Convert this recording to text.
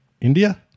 India